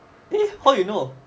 eh how you know